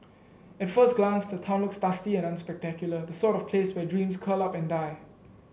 at first glance the town looks dusty and unspectacular the sort of place where dreams curl up and die